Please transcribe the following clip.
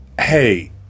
hey